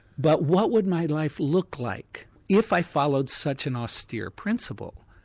but what would my life look like if i followed such an austere principle.